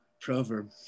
proverb